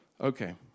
Okay